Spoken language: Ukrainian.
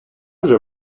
вже